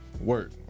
work